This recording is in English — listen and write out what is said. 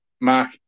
Mark